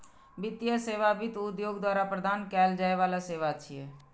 वित्तीय सेवा वित्त उद्योग द्वारा प्रदान कैल जाइ बला सेवा छियै